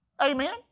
Amen